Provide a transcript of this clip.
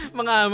mga